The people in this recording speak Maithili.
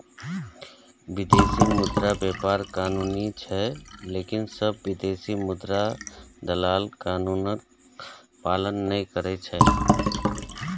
विदेशी मुद्रा व्यापार कानूनी छै, लेकिन सब विदेशी मुद्रा दलाल कानूनक पालन नै करै छै